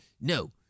No